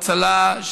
הצלה,